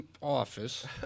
office